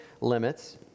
limits